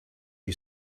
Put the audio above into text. you